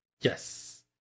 Yes